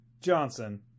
Johnson